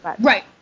Right